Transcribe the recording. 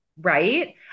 Right